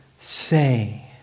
Say